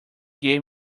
gave